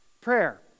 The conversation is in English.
prayer